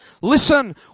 Listen